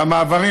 והמעברים,